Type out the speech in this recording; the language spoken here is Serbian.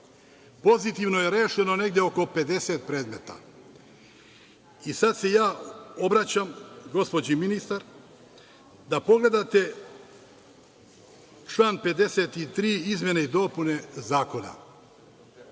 Pozitivno je rešeno negde oko 50 predmeta. Sad se ja obraćam gospođi ministar, da pogledate član 53. izmene i dopune Zakona.